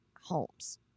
homes